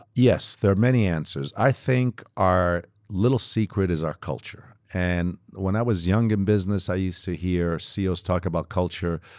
yes. there are many answers. i think our little secret is our culture. and when when i was young in business, i used to hear ceos talk about culture,